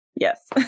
Yes